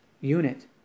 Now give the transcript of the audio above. unit